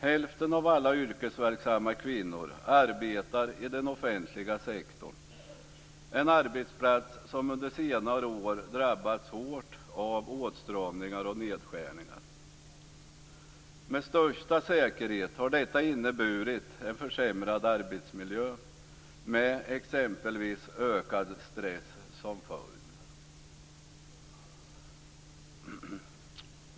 Hälften av alla yrkesverksamma kvinnor arbetar i den offentliga sektorn, en arbetsplats som under senare år drabbats hårt av åtstramningar och nedskärningar. Med största säkerhet har detta inneburit en försämrad arbetsmiljö, med exempelvis ökad stress som följd.